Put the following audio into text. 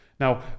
Now